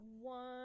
One